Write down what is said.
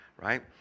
right